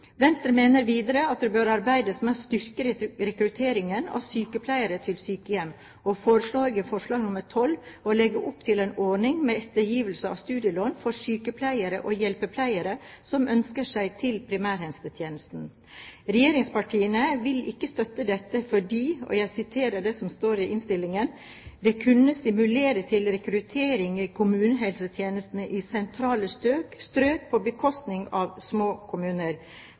Venstre mener videre at det bør arbeides med å styrke rekrutteringen av sykepleiere til sykehjem, og foreslår i forslag nr. 12 å legge opp til en ordning med ettergivelse av studielån for sykepleiere og hjelpepleiere som ønsker seg til primærhelsetjenesten. Regjeringspartiene vil ikke støtte dette, fordi det – og jeg siterer det som står i innstillingen – «kunne stimulere til rekruttering i kommunehelsetjeneste i sentrale strøk på bekostning av små kommuner».